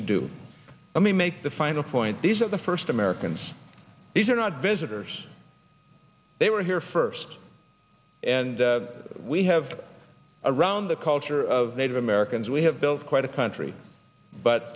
to do let me make the final point these are the first americans these are not visitors they were here first and we have around the culture of native americans we have built quite a country